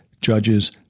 judges